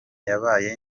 yabaye